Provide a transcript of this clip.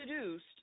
seduced